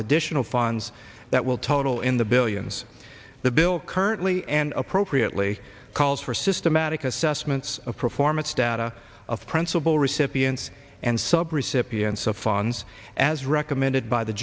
additional funds that will total in the billions the bill currently and appropriately calls for systematic assessments of performance data of principal recipients and sub recipients of funds as recommended by the